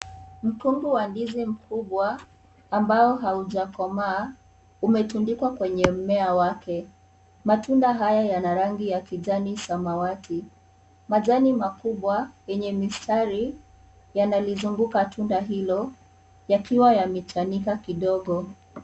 Mkungu wa ndizi mkubwa ambao haujakomaa umetundikwa kwenye mmea wake , matunda haya yana rangi ya kijani samawati . Majani makubwa yenye mistari yanalizunguka tunda hilo yakiwa yamechanika kidogo.